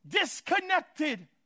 Disconnected